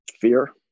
Fear